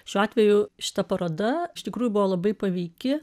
šiuo atveju šita paroda iš tikrųjų buvo labai paveiki